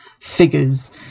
figures